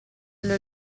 alle